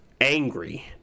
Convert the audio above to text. angry